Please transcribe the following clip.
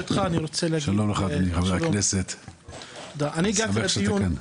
שלום לך אדוני חבר הכנסת, שמח שאתה כאן.